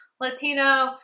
latino